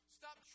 stop